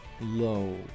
low